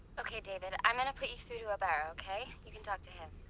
okay, david. i'm gonna put you through to abara, okay? you can talk to him.